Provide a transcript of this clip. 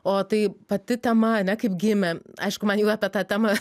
o tai pati tema ane kaip gimė aišku man jau apie tą temą